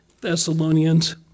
Thessalonians